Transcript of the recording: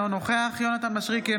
אינו נוכח יונתן מישרקי,